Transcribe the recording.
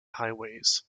highways